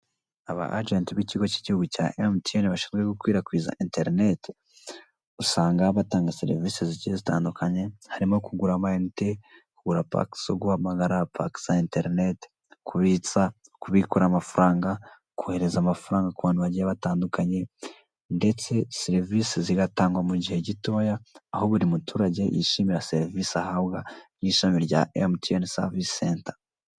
Aba ajenti b'ikigo cy'igihugu cya MTN bashinzwe gukwirakwiza interinete, usanga batanga serivise zigiye zitandukanye harimo kugura ama inite, kugura pake zo guhamagara, pake za interinete, kubitsa/kubikura amafaranga, kohereza amafaranga kubantu bagiye batandukanye ndetse serivise zigatangwa mugihe gitoya aho buri muturage yishimira serivise ahabwa y'ishami rya MTN savisi senta.